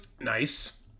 Nice